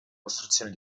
costruzione